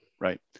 right